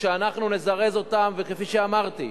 כשאנחנו נזרז אותם, וכפי שאמרתי,